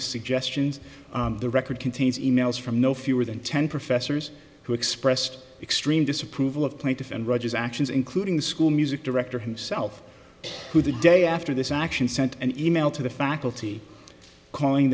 of suggestions the record contains e mails from no fewer than ten professors who expressed extreme disapproval of plaintiff and rogers actions including school music director himself who the day after this action sent an e mail to the faculty calling